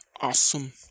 awesome